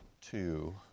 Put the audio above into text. two